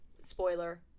Spoiler